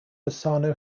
bassano